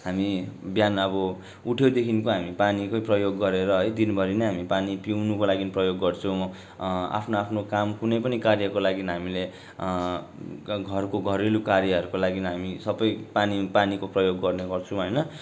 हामी बिहान अब उठेदेखिको हामी पानीकै प्रयोग गरेर है दिनभरि नै हामी पानी पिउनुको लागि प्रयोग गर्छौँ आफ्नो आफ्नो काम कुनै पनि कार्यको लागि हामीले घरको घरेलु कार्यहरूको लागि हामीले सबै पानी पानीको प्रयोग गर्ने गर्छौँ होइन